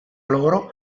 loro